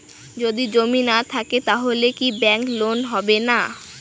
যদি জমি না থাকে তাহলে কি ব্যাংক লোন হবে না?